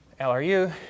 LRU